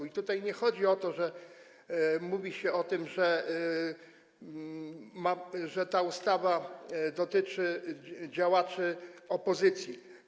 I tutaj nie chodzi o to, że mówi się o tym, że ta ustawa dotyczy działaczy opozycji.